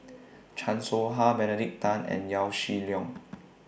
Chan Soh Ha Benedict Tan and Yaw Shin Leong